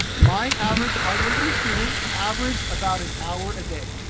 my average, hard-working student averaged about an hour a day